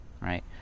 right